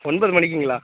ஒன்பது மணிக்குங்களா